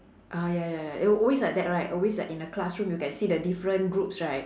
ah ya ya ya it will always like that right always in a classroom you can see the different groups right